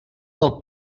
del